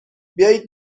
بیایید